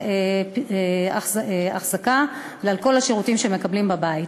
כדמי אחזקה על כל השירותים שמקבלים בבית.